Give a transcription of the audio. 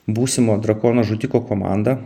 būsimo drakono žudiko komanda